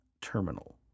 Terminal